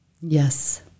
Yes